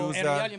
עירייה למשל,